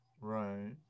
Right